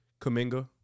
Kaminga